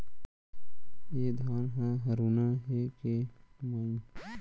ए धान ह हरूना हे के माई?